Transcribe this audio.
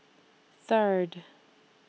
Third